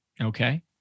Okay